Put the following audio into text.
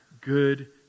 good